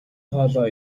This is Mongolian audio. хоолоо